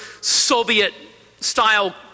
Soviet-style